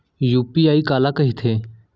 UPI काला कहिथे?